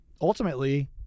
ultimately